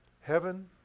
Heaven